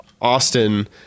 Austin